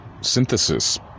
Synthesis